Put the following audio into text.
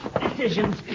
decisions